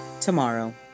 tomorrow